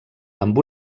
amb